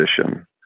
position